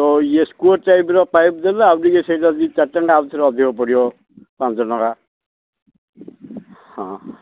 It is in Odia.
ଯୋଉ ଇଏ ଟାଇପ୍ର ପାଇପ୍ ଦେଲେ ଆଉ ଟିକେ ସେଇଟା ଚାରି ଟଙ୍କା ଆଉ ଅଧିକ ପଡ଼ିବ ପାଞ୍ଚ ଟଙ୍କା ହଁ